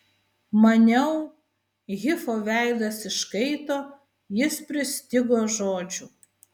maniau hifo veidas iškaito jis pristigo žodžių